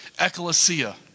ecclesia